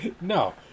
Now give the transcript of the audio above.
No